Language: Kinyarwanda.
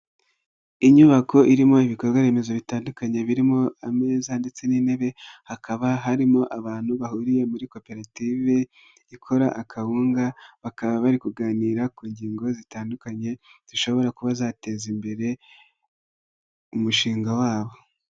Inyubako irimo ibikorwa remezo bitandukanye birimo ameza ndetse n'intebe hakaba harimo abantu bahuriye muri koperative ikora akawunga bakaba bari kuganira ku ngingo zitandukanye zishobora kuba zateza imbere umushinga wabo.